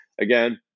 again